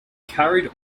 carried